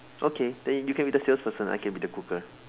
okay then you can be the sales person I can be the cooker